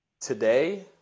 today